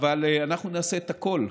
אנחנו נעשה הכול,